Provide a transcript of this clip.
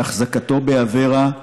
והחזקתו באברה,